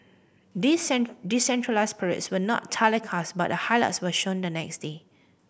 these decentralised parades were not telecast but the highlights were shown the next day